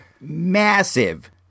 massive